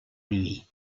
lui